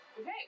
Okay